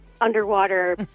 underwater